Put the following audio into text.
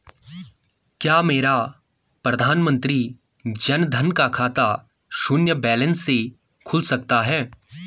क्या मेरा प्रधानमंत्री जन धन का खाता शून्य बैलेंस से खुल सकता है?